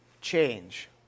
change